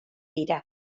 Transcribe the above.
dira